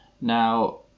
Now